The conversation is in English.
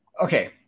okay